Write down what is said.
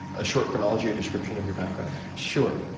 a short chronology or description of your background? sure.